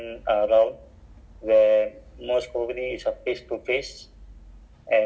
I think they asking the maybe they ask the approach right like how